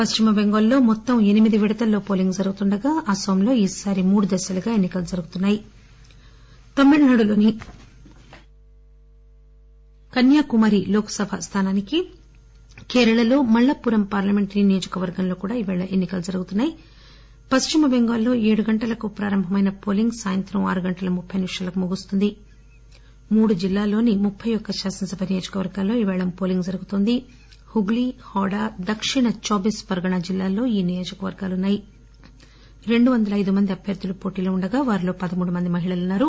పశ్చిమ బెంగాల్లో ఎనిమిది విడతల్లో పోలింగ్ జరుగుతుండగా అనోంలో ఈసారి మూడు దశలుగా ఎన్సికలు జరుగుతున్నాయి తమిళనాడులోని కన్యాకుమారి లోక్పభ స్థానానికి కేరళలో మల్లపురం పార్లమెంటరీ నియోజకవర్గంలో కూడా ఇవాళ ఉప ఎన్నికలు జరుగుతున్నాయి పక్చిమబింగాల్లో ఏడు గంటలకు ప్రారంభమైన వోలింగ్ సాయంత్రం ఆరు గంటల ముప్పె నిమిషాలకు ముగుస్తుంది మూడు జిల్లాల్లోని ముప్పి యొక్క శాసనసభ నియోజకవర్గాల్లో ఈరోజు పోలింగ్ జరుగుతోంది హుగ్గీ హౌడా దక్షిణ చౌబీస్ పరగణాస్ జిల్లాల్లో ఈ నియోజకవర్గాలున్నాయి రెండు వందల అయిదు మంది అభ్యర్థులు వోటీలో ఉండగా వారిలో పదమూడు మంది మహిళలు ఉన్నారు